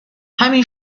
همین